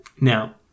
now